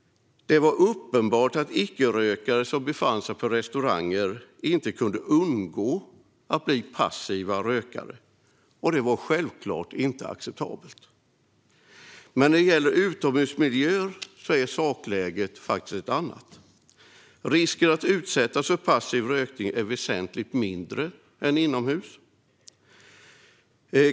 Det var uppenbart att icke-rökare som befann sig på restauranger inte kunde undgå att bli passiva rökare. Det var självklart inte acceptabelt. När det gäller utomhusmiljöer är sakläget ett annat. Risken att utsättas för passiv rökning är väsentligt mindre än inomhus.